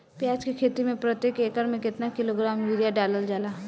प्याज के खेती में प्रतेक एकड़ में केतना किलोग्राम यूरिया डालल जाला?